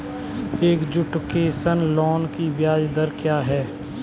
Education loan की ब्याज दर क्या है?